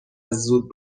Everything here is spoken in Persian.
زود